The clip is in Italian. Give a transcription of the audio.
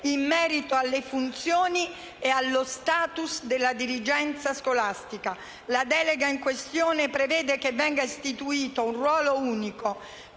in merito alle funzioni e allo *status* della dirigenza scolastica. La delega in questione prevede che venga istituito un ruolo unico